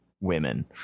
women